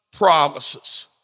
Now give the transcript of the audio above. Promises